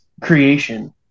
creation